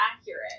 accurate